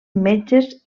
metges